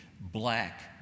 black